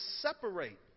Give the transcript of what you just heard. separate